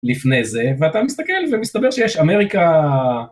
לפני זה, ואתה מסתכל ומסתבר שיש אמריקה